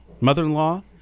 mother-in-law